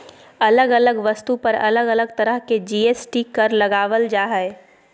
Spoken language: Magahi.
अलग अलग वस्तु पर अलग अलग तरह के जी.एस.टी कर लगावल जा हय